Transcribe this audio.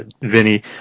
Vinny